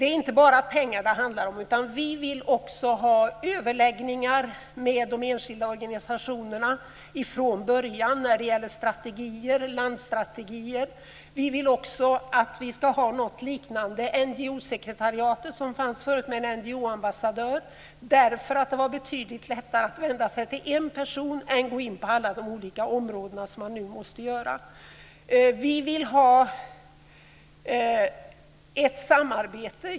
Det är inte bara pengar det handlar om, utan vi vill också ha överläggningar med de enskilda organisationerna från början när det gäller landstrategier.